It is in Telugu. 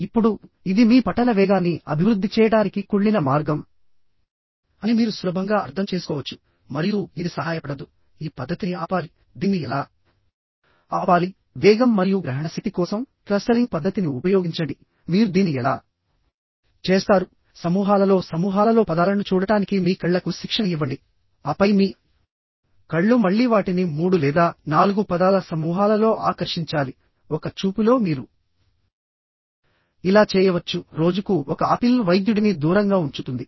ఇప్పుడు ఇది మీ పఠన వేగాన్ని అభివృద్ధి చేయడానికి కుళ్ళిన మార్గం అని మీరు సులభంగా అర్థం చేసుకోవచ్చు మరియు ఇది సహాయపడదు ఈ పద్ధతిని ఆపాలి దీన్ని ఎలా ఆపాలివేగం మరియు గ్రహణశక్తి కోసం క్లస్టరింగ్ పద్ధతిని ఉపయోగించండి మీరు దీన్ని ఎలా చేస్తారుసమూహాలలో సమూహాలలో పదాలను చూడటానికి మీ కళ్ళకు శిక్షణ ఇవ్వండి ఆపై మీ కళ్ళు మళ్ళీ వాటిని 3 లేదా 4 పదాల సమూహాలలో ఆకర్షించాలి ఒక చూపులో మీరు ఇలా చేయవచ్చు రోజుకు ఒక ఆపిల్ వైద్యుడిని దూరంగా ఉంచుతుంది